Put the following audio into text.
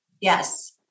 Yes